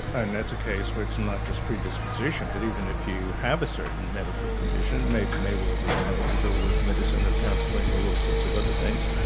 and that's a case where it's and not just predisposition but even if you have a certain medical condition, and it may well be manageable with medicine or counselling or all sorts of other things.